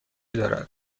دارد